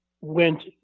went